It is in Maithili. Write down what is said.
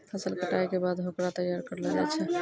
फसल कटाई के बाद होकरा तैयार करलो जाय छै